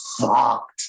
fucked